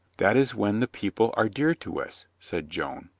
that is when the people are dear to us, said joan.